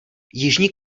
jižní